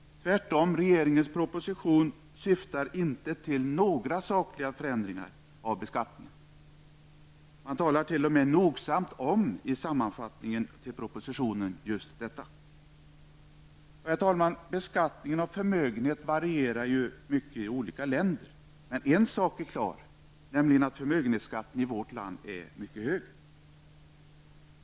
Tvärtom, regeringens proposition syftar inte till några sakliga ändringar av beskattningen. Det talar man t.o.m. nogsamt om i sammanfattningen till propositionen. Herr talman! Beskattningen av förmögenhet varierar ju mycket i olika länder. Men en sak är klar, nämligen att förmögenhetsskatten i vårt land är mycket hög.